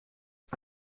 het